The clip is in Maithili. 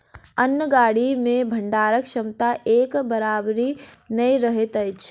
अन्न गाड़ी मे भंडारण क्षमता एक बराबरि नै रहैत अछि